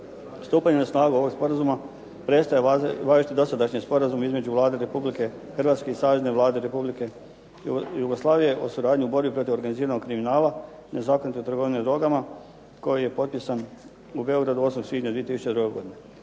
Stupanjem na snagu ovog sporazuma prestaje važiti dosadašnji Sporazum između Vlade Republike Hrvatske i Savezne vlade Republike Jugoslavije o suradnji u borbi protiv organiziranog kriminala, nezakonitog trgovanja drogom koji je potpisan u Beogradu 8. svibnja 2002. godine.